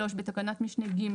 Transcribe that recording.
בתקנת משנה (ג),